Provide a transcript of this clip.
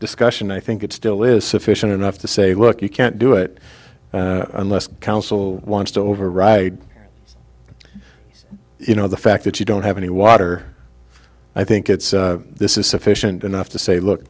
discussion i think it still is sufficient enough to say look you can't do it unless the council wants to override you know the fact that you don't have any water i think it's this is sufficient enough to say look